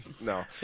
No